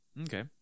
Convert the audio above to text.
Okay